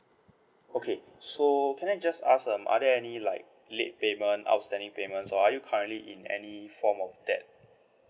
okay so can I just ask um are there any like late payment outstanding payments or are you currently in any form of that